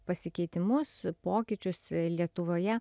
pasikeitimus pokyčius lietuvoje